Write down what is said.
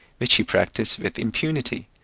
which he practised with impunity,